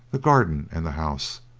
the garden and the house.